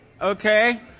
Okay